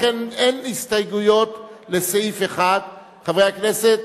לכן אין הסתייגויות לסעיף 1. חברי הכנסת,